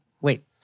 wait